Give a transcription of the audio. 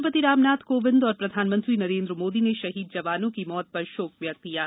राष्ट्रपति रामनाथ कोविंद और प्रधानमंत्री नरेन्द्र मोदी ने शहीद जवानों की मौत पर शोक व्यक्त किया है